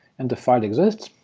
and the file exists,